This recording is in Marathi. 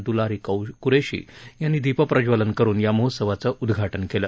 दुलारी कुरैशी यांनी दीप प्रज्वलन करून या महोत्सवाचं उद्दाटन केलं